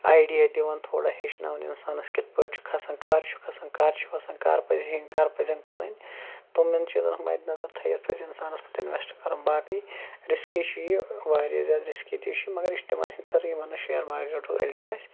idea دِوان تھوڑا ہٮ۪چھناوان اِنسانَس کِتھٕ پٲٹھۍ چھُ کھسان کَر چھُ کھسان کَر چھُ وَسنا کَر پَزِ ہیٚنۍ کَر پَزٮ۪ن کٕنٕنۍ تِمَن چیٖزَن ہُنٛد مَدِنظر تھٲوِتھ پَزِ اِنسانَس پتہٕ اِنٛویسٹہٕ کَرُن باقٕے رِسکی چھِ یہِ واریاہ زیادٕ رِسکی تہِ چھُ یہِ مگر یہِ چھُ تِمَن ہٕنٛدِ خٲطرٕیِمَن نہٕ شِیر مارکیٚٹَک علم آسہِ